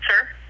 sir